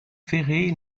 ferrée